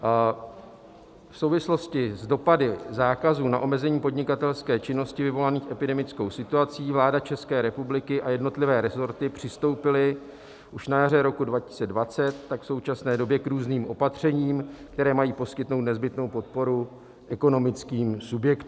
V souvislosti s dopady zákazu na omezení podnikatelské činnosti vyvolanými epidemickou situací vláda České republiky a jednotlivé resorty přistoupily už na jaře roku 2020, tak v současné době k různým opatřením, která mají poskytnout nezbytnou podporu ekonomickým subjektům.